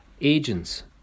agents